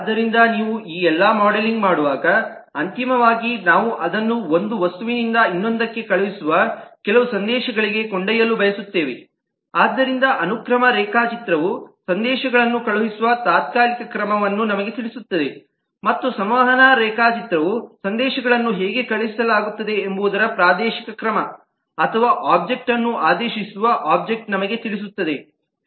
ಆದ್ದರಿಂದ ನೀವು ಈ ಎಲ್ಲಾ ಮಾಡೆಲಿಂಗ್ ಮಾಡುವಾಗ ಅಂತಿಮವಾಗಿ ನಾವು ಅದನ್ನು ಒಂದು ವಸ್ತುವಿನಿಂದ ಇನ್ನೊಂದಕ್ಕೆ ಕಳುಹಿಸುವ ಕೆಲವು ಸಂದೇಶಗಳಿಗೆ ಕೊಂಡೊಯ್ಯಲು ಬಯಸುತ್ತೇವೆ ಆದ್ದರಿಂದ ಅನುಕ್ರಮ ರೇಖಾಚಿತ್ರವು ಸಂದೇಶಗಳನ್ನು ಕಳುಹಿಸುವ ತಾತ್ಕಾಲಿಕ ಕ್ರಮವನ್ನು ನಮಗೆ ತಿಳಿಸುತ್ತದೆ ಮತ್ತು ಸಂವಹನ ರೇಖಾಚಿತ್ರವು ಸಂದೇಶಗಳನ್ನು ಹೇಗೆ ಕಳುಹಿಸಲಾಗುತ್ತದೆ ಎಂಬುದರ ಪ್ರಾದೇಶಿಕ ಕ್ರಮ ಅಥವಾ ಒಬ್ಜೆಕ್ಟ್ ನ್ನು ಆದೇಶಿಸುವ ಒಬ್ಜೆಕ್ಟ್ನ್ನು ನಮಗೆ ತಿಳಿಸುತ್ತದೆ